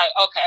okay